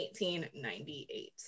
1898